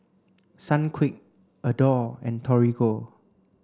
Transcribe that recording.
Sunquick Adore and Torigo